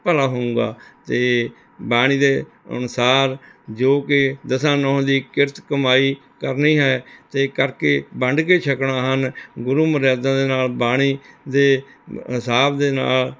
ਭਲਾ ਹੋਵੇਗਾ ਅਤੇ ਬਾਣੀ ਦੇ ਅਨੁਸਾਰ ਜੋ ਕਿ ਦਸਾਂ ਨੋਹਾਂ ਦੀ ਕਿਰਤ ਕਮਾਈ ਕਰਨੀ ਹੈ ਅਤੇ ਕਰਕੇ ਵੰਡ ਕੇ ਛਕਣਾ ਹਨ ਗੁਰੂ ਮਰਿਆਦਾ ਦੇ ਨਾਲ਼ ਬਾਣੀ ਦੇ ਹਿਸਾਬ ਦੇ ਨਾਲ਼